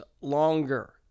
longer